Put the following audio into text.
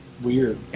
Weird